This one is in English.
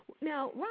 Now